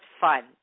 fun